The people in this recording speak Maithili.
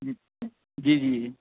जी जी जी जी